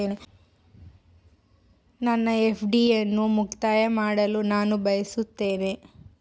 ನನ್ನ ಎಫ್.ಡಿ ಅನ್ನು ಮುಕ್ತಾಯ ಮಾಡಲು ನಾನು ಬಯಸುತ್ತೇನೆ